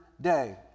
day